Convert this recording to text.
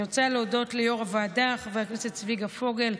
אני רוצה להודות ליו"ר הוועדה חבר הכנסת צביקה פוגל,